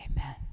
Amen